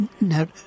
Now